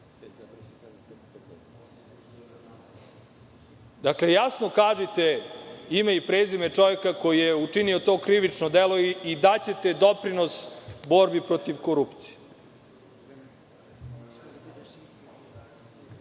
Dakle, jasno kažite ime i prezime čoveka koji je učinio to krivično delo i daćete doprinos borbi protiv korupcije.U